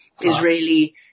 Israeli